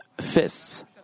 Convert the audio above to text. fists